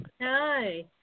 Hi